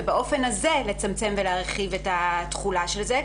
ובאופן הזה לצמצם ולהרחיב את התחולה של זה,